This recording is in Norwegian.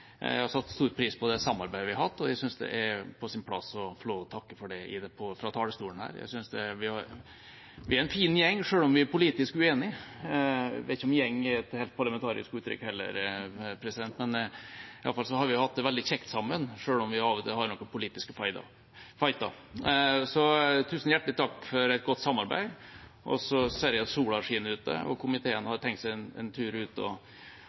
hatt, og jeg synes det er på sin plass å få lov til å takke for det fra talerstolen her. Jeg synes vi er en fin gjeng, selv om vi er politisk uenige. Jeg vet ikke om «gjeng» er et helt parlamentarisk uttrykk, men i alle fall har vi hatt det veldig kjekt sammen, selv om vi av og til har noen politiske fighter. Så tusen hjertelig takk for et godt samarbeid! Jeg ser at sola skinner ute, og komiteen har tenkt seg en tur ut